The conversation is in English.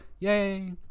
yay